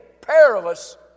perilous